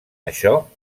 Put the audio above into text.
això